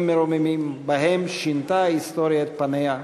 מרוממים שבהם שינתה ההיסטוריה את פניה,